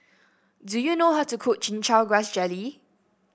do you know how to cook Chin Chow Grass Jelly